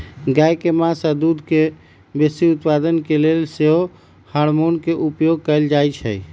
गाय के मास आऽ दूध के बेशी उत्पादन के लेल सेहो हार्मोन के उपयोग कएल जाइ छइ